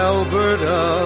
Alberta